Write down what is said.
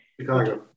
Chicago